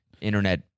Internet